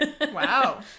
Wow